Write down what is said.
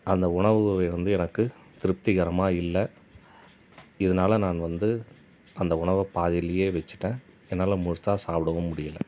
அந்த உணவு வந்து எனக்கு திருப்திகரமாக இல்லை இதனால நான் வந்து அந்த உணவை பாதியிலையே வச்சிட்டேன் என்னால் முழுசாக சாப்பிடவும் முடியல